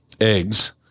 eggs